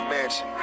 Mansion